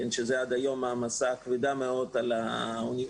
שזה עד היום מעמסה כבדה מאוד על האוניברסיטה,